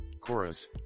chorus